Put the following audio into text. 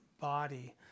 body